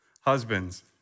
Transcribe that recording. husbands